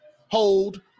Hold